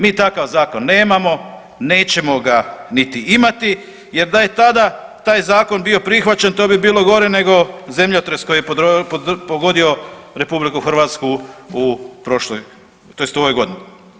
Mi takav zakon nemamo, nećemo ga niti imati jer da je tada taj zakon bio prihvaćen, to bi bilo gore nego zemljotres koji je pogodio RH u prošloj, tj. u ovoj godini.